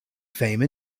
fame